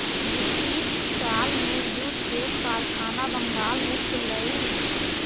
British काल में jute के कारखाना बंगाल में खुललई